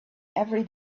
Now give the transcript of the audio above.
every